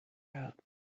out